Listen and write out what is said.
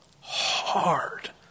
hard